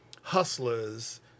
hustlers